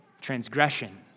transgression